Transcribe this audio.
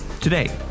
Today